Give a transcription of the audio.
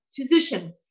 physician